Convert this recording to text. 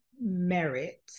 merit